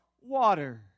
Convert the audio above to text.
water